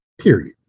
period